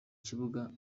kibuga